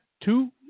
two